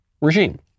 regime